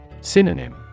Synonym